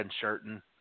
certain